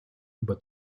über